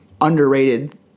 underrated